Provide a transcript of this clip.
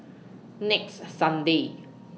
next Sunday